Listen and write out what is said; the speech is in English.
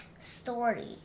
Story